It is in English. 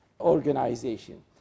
organization